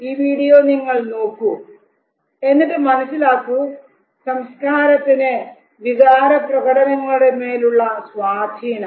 ഈ വീഡിയോ നിങ്ങൾ നോക്കൂ എന്നിട്ട് മനസ്സിലാക്കൂ സംസ്കാരത്തിന് വികാര പ്രകടനങ്ങളുടെ മേലുള്ള സ്വാധീനം